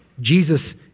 Jesus